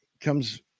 comes